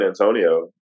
Antonio